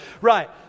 Right